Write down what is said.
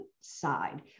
side